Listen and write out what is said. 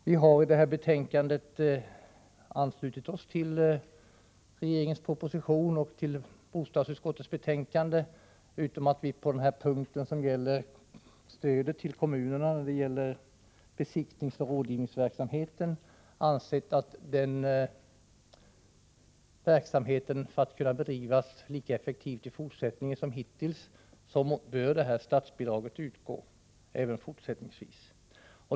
Vi har i detta betänkande anslutit oss till regeringens proposition och till vad som sägs i bostadsutskottets betänkande. När det gäller stödet till kommunernas besiktningsoch rådgivningsverksamhet har vi emellertid ansett att den verksamheten bör få statsbidrag för att den skall kunna bedrivas lika effektivt som hittills även i fortsättningen.